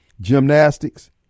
gymnastics